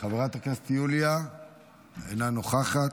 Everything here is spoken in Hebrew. חברת הכנסת יוליה אינה נוכחת.